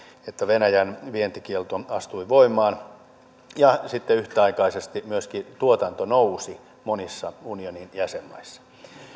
että venäjän vientikielto astui voimaan ja sitten yhtäaikaisesti myöskin tuotanto nousi monissa unionin jäsenmaissa